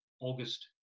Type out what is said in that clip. August